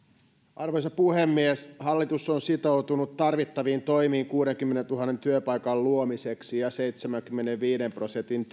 arvoisa puhemies hallitus on sitoutunut tarvittaviin toimiin kuudenkymmenentuhannen työpaikan luomiseksi ja seitsemänkymmenenviiden prosentin